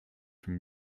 from